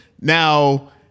Now